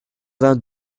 vingt